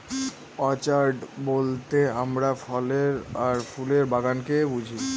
orchard বলতে আমরা ফলের আর ফুলের বাগানকে বুঝি